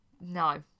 No